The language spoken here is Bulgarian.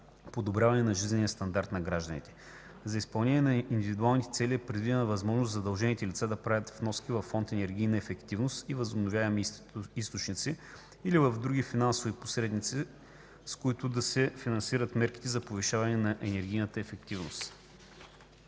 подобряване на жизнения стандарт на гражданите. За изпълнение на индивидуалните цели е предвидена възможност задължените лица да правят вноски във Фонд „Енергийна ефективност и възобновяеми източници“ или в други финансови посредници, с които да се финансират мерки за повишаване на енергийната ефективност.